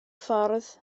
ffordd